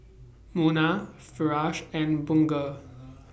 Munah Firash and Bunga